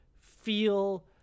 feel